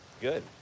Good